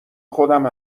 خودم